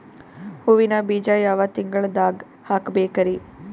ಹೂವಿನ ಬೀಜ ಯಾವ ತಿಂಗಳ್ದಾಗ್ ಹಾಕ್ಬೇಕರಿ?